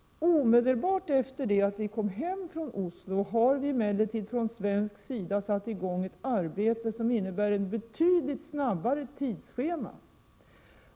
Omedelbart efter det att vi återvänt hem har vi emellertid från svensk sida satt i gång ett arbete som innebär att vi följer ett betydligt snabbare tidsschema.